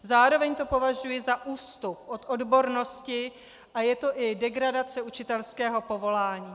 Zároveň to považuji za ústup od odbornosti, a je to i degradace učitelského povolání.